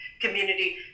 community